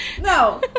No